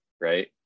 right